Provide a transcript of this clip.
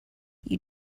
you